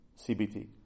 CBT